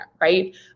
right